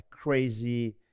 crazy